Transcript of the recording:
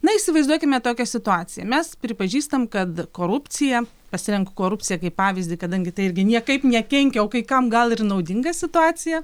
na įsivaizduokime tokią situaciją mes pripažįstame kad korupcija pasirenku korupciją kaip pavyzdį kadangi tai irgi niekaip nekenkia o kai kam gal ir naudinga situacija